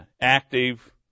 active